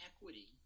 equity